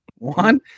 One